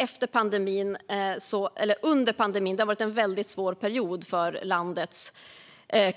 Under pandemin var det en väldigt svår period för landets